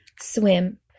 Swim